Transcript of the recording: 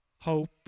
hope